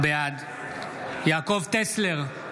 בעד יעקב טסלר,